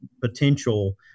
potential